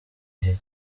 gihe